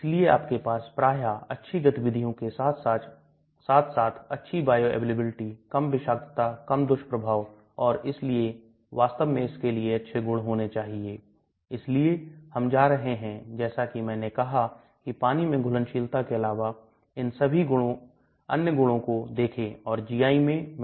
यदि आप यहां jejunum को देखते हैं तो हम इसे छोटी आंत कहते हैं 3 से 4 घंटे बड़े सतह क्षेत्र को देखिए 120 वर्ग मीटर और फिर pH अधिक है 44 से 66 और फिर 52 से 62 है यदि आप यहां पर ileum को देखते हैं pH 68 से 8 है